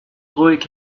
ruhig